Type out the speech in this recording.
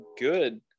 good